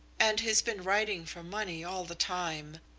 and he's been writing for money all the time.